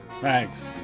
thanks